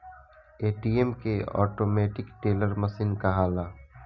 ATM के automatic teller machine कहाला